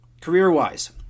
career-wise